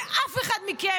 ואף אחד מכם,